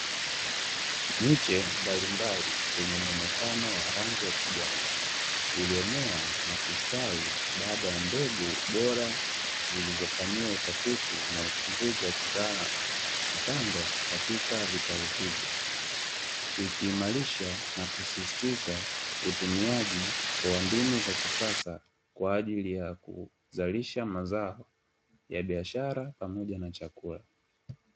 Miche mbalimbali yenye muonekano wa rangi ya kijani iliyomea na kustawi baada ya mbegu bora, zilizofanyiwa utafiti na uchunguzi wa kitaalamu kupandwa katika vitalu hivyo; ikiimarisha na kusisitiza utumiaji wa mbinu za kisasa kwa ajili ya kuzalisha mazao ya biashara pamoja na chakula.